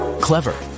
Clever